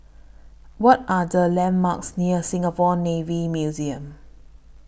What Are The landmarks near Singapore Navy Museum